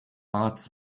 arts